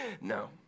no